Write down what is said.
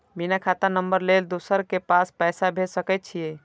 बिना खाता नंबर लेल दोसर के पास पैसा भेज सके छीए?